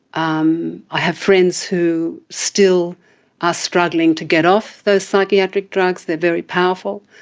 um i have friends who still are struggling to get off those psychiatric drugs, they are very powerful.